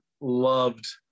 loved